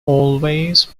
always